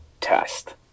test